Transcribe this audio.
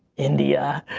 india.